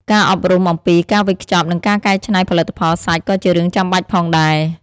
ការអប់រំអំពីការវេចខ្ចប់និងការកែច្នៃផលិតផលសាច់ក៏ជារឿងចាំបាច់ផងដែរ។